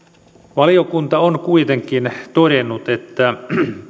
valiokunta on kuitenkin todennut että